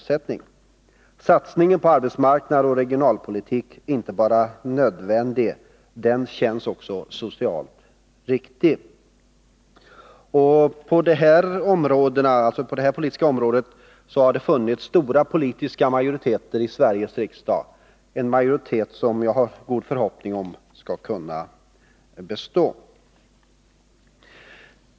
Satsningen på arbetsmarknadsoch regionalpolitik är inte bara nödvändig, utan den känns också socialt riktig. På detta område har det funnits stora politiska majoriteter i Sveriges riksdag, majoriteter som jag hoppas skall kunna bestå.